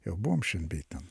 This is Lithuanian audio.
jau buvom šen bei ten